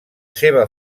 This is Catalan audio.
seva